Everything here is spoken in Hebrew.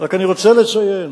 אני רק רוצה לציין